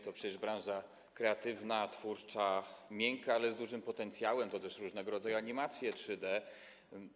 To przecież branża kreatywna, twórcza, miękka, ale z dużym potencjałem, to też różnego rodzaju animacje 3D.